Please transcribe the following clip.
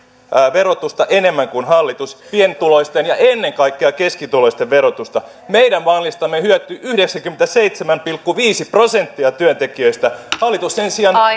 verotusta enemmän kuin hallitus pientuloisten ja ennen kaikkea keskituloisten verotusta meidän mallistamme hyötyy yhdeksänkymmentäseitsemän pilkku viisi prosenttia työntekijöistä hallitus sen sijaan